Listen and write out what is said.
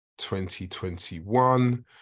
2021